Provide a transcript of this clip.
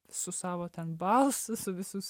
su savo ten balsu su visus